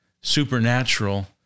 supernatural